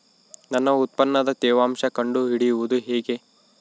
ನನ್ನ ಉತ್ಪನ್ನದ ತೇವಾಂಶ ಕಂಡು ಹಿಡಿಯುವುದು ಹೇಗೆ?